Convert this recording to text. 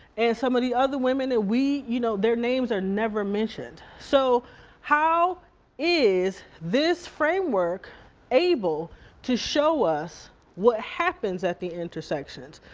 and some of the other women that we, you know their names are never mentioned. so how is this framework able to show us what happens at the intersections?